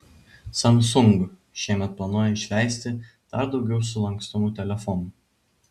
samsung šiemet planuoja išleisti dar daugiau sulankstomų telefonų